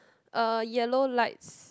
a yellow lights